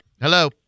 Hello